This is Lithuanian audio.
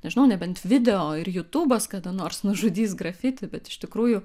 nežinau nebent video ir jutubas kada nors nužudys grafitį bet iš tikrųjų